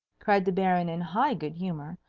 cried the baron in high good-humour.